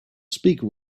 speaker